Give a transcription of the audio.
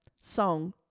song